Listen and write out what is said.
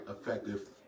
effective